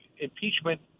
impeachment